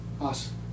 Awesome